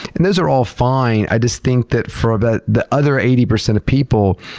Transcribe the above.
and those are all fine, i just think that for but the other eighty percent of people,